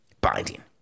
binding